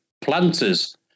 planters